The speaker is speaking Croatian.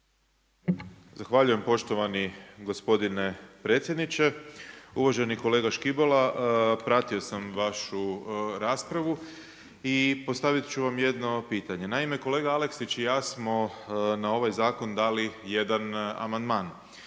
Zahvaljujem poštovani gospodine predsjedniče. Uvaženi kolega Škibola, pratio sam vašu raspravu i postavit ću vam jedno pitanje. Naime, kolega Aleksić i ja smo na ovaj zakon dali jedan amandman.